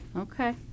Okay